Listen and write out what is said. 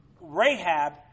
Rahab